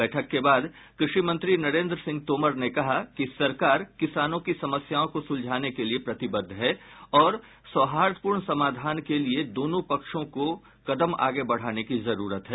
बैठक के बाद कृषि मंत्री नरेन्द्र सिंह तोमर ने कहा कि सरकार किसानों की समस्याओं को सुलझाने के लिए प्रतिबद्ध है और सौहार्दपूर्ण समाधान को लिए दोनों पक्षों को कदम आगे बढाने की जरूरत है